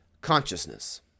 consciousness